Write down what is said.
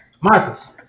Marcos